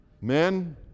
Men